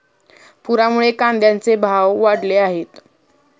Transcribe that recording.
पुरामुळे कांद्याचे भाव वाढले आहेत